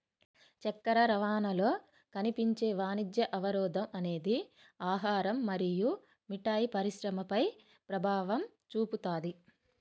చక్కెర రవాణాలో కనిపించే వాణిజ్య అవరోధం అనేది ఆహారం మరియు మిఠాయి పరిశ్రమపై ప్రభావం చూపుతాది